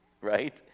right